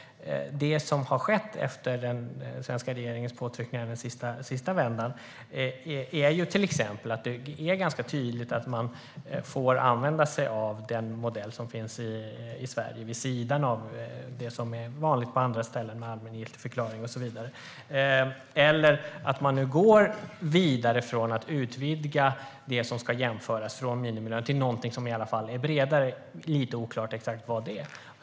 Efter den svenska regeringens påtryckningar i den sista vändan är det till exempel ganska tydligt att man får använda sig av den modell som finns i Sverige vid sidan av det som finns på andra ställen med allmängiltigförklaring och så vidare. Man går också vidare med att utvidga det som ska jämföras från minimilön till någonting bredare, lite oklart exakt vad.